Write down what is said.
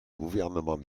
gouvernement